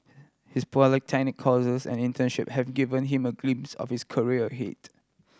his polytechnic courses and internship have given him a glimpse of his career ahead